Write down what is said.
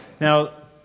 Now